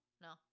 No